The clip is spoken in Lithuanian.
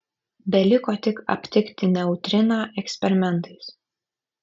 beliko tik aptikti neutriną eksperimentais